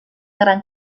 gran